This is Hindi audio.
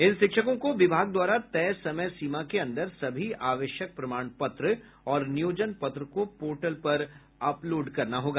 इन शिक्षकों को विभाग द्वारा तय समय सीमा के अंदर सभी आवश्यक प्रमाण पत्र और नियोजन पत्र को पोर्टल पर अपलोड करना होगा